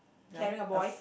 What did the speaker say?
carrying a boy